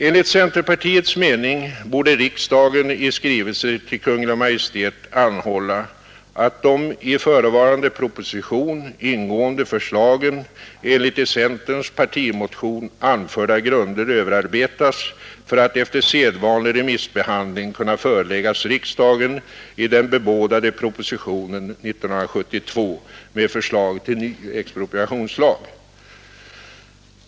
Enligt centerpartiets mening borde riksdagen i skrivelse till Kungl. Maj:t anhålla att de i förevarande proposition ingående förslagen enligt i centerns partimotion anförda grunder överarbetas för att efter sedvanlig remissbehandling kunna föreläggas riksdagen i den bebådade propositionen år 1972 med förslag till ny expropriationslag.